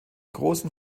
großen